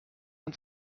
ins